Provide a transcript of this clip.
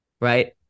Right